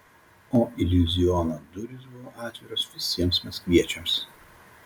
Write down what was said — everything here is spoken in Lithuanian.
o iliuziono durys buvo atviros visiems maskviečiams